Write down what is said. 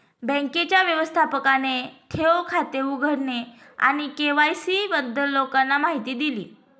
बँकेच्या व्यवस्थापकाने ठेव खाते उघडणे आणि के.वाय.सी बद्दल लोकांना माहिती दिली